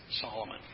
Solomon